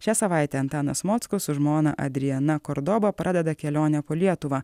šią savaitę antanas mockus su žmona adriana kordoba pradeda kelionę po lietuvą